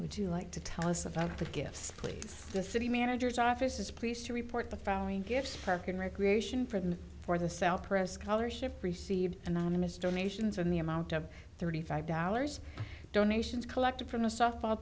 would you like to tell us about gifts please the city manager's office is pleased to report the following gifts for good recreation for them for the south press color ship received anonymous donations and the amount of thirty five dollars donations collected from a softball